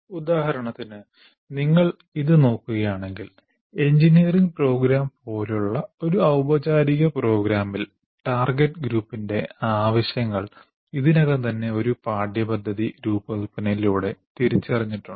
ഉദാഹരണത്തിന് നിങ്ങൾ ഇത് നോക്കുകയാണെങ്കിൽ എഞ്ചിനീയറിംഗ് പ്രോഗ്രാം പോലുള്ള ഒരു ഔപചാരിക പ്രോഗ്രാമിൽ ടാർഗെറ്റ് ഗ്രൂപ്പിന്റെ ആവശ്യങ്ങൾ ഇതിനകം തന്നെ ഒരു പാഠ്യപദ്ധതി രൂപകൽപ്പനയിലൂടെ തിരിച്ചറിഞ്ഞിട്ടുണ്ട്